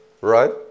right